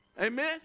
Amen